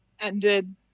ended